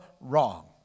wrong